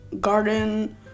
garden